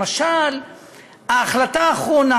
למשל ההחלטה האחרונה,